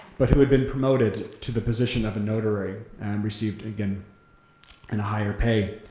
but had been promoted to the position of a notary and received again and a higher pay.